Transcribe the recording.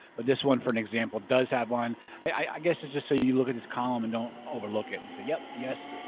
but this one for an example does have one i guess it's just so you look at this column and don't overlook it and say yep, yes.